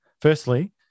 Firstly